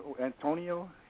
Antonio